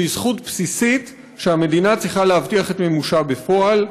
שהיא זכות בסיסית שהמדינה צריכה להבטיח את מימושה בפועל.